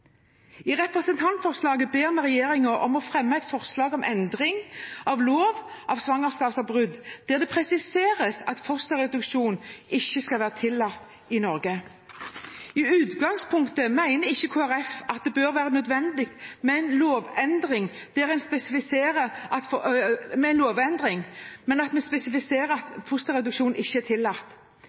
I representantforslaget ber vi regjeringen om å fremme et forslag om endring av lov om svangerskapsavbrudd der det presiseres at fosterreduksjon ikke skal være tillatt i Norge. I utgangspunktet mener Kristelig Folkeparti at det ikke bør være nødvendig med en lovendring, men at vi spesifiserer at fosterreduksjon ikke er tillatt. Det er en